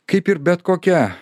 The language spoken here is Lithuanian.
kaip ir bet kokią